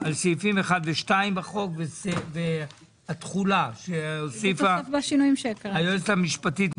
על סעיף 1 ו-2 בחוק והתחולה שהוסיפה היועצת המשפטית,